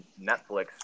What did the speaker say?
Netflix